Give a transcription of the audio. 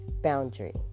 boundary